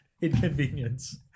Inconvenience